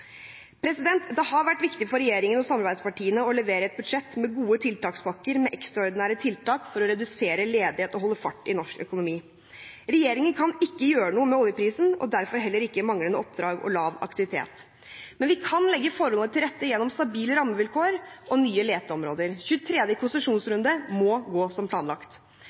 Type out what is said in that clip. Det har vært viktig for regjeringen og samarbeidspartiene å levere et budsjett med gode tiltakspakker med ekstraordinære tiltak for å redusere ledighet og holde fart i norsk økonomi. Regjeringen kan ikke gjøre noe med oljeprisen, og derfor heller ikke med manglende oppdrag og lav aktivitet. Men vi kan legge forholdene til rette gjennom stabile rammevilkår og nye leteområder. 23. konsesjonsrunde må gå som planlagt.